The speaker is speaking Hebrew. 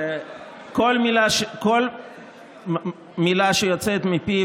כל מילה שיוצאת מפיו,